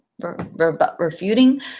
refuting